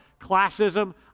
classism